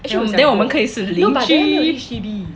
then 我们可以是邻居